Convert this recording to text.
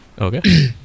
Okay